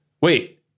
wait